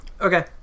Okay